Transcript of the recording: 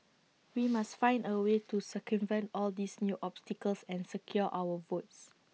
we must find A way to circumvent all these new obstacles and secure our votes